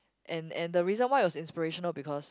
and and the reason why it was inspirational because